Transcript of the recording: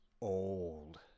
old